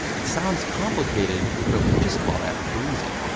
that sounds complicated, but we just call that freezing.